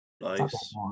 nice